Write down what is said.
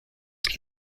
mais